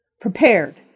Prepared